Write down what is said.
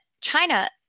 China